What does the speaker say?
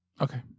Okay